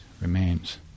remains